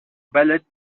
بلد